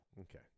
okay